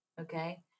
Okay